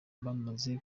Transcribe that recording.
bamaze